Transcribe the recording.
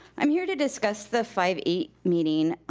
i'm here to discuss the five-eight meeting,